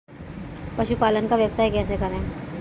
पशुपालन का व्यवसाय कैसे करें?